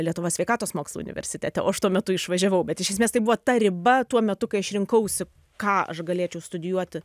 lietuvos sveikatos mokslų universitete o aš tuo metu išvažiavau bet iš esmės tai buvo ta riba tuo metu kai aš rinkausi ką aš galėčiau studijuoti